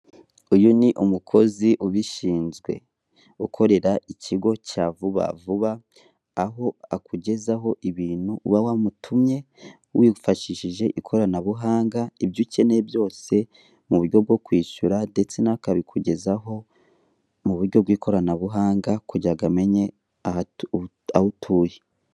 Uyu ni umukozi ubishinzwe ukorera ikigo cya vuba vuba, aho akugezaho ibintu uba wamutumye wifashishije ikoranabuhanga. Ibyo ukeneye byose mu buryo bwo kwishyura ndetse nawe akabikugezaho mu buryo bw'ikoranabuhanga kugirango amenye aho utuye.